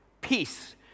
peace